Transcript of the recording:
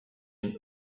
and